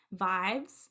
vibes